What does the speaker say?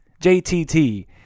JTT